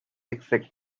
etc